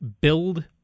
build